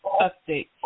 update